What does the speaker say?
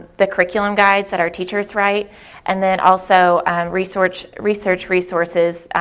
the curriculum guides that our teachers write and then also research research resources,